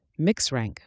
MixRank